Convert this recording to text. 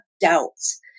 doubts